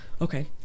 okay